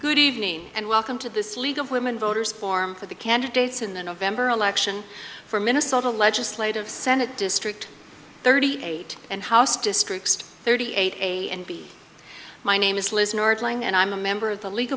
good evening and welcome to this league of women voters form for the candidates in the november election for minnesota legislative senate district thirty eight and house district thirty eight and b my name is liz nordlinger and i'm a member of the league